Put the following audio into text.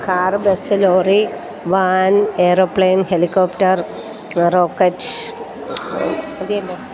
car bus lorry van aeroplane helicopter rocket മതിയല്ലോ